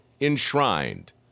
enshrined